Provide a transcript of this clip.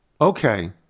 okay